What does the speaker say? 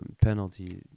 penalty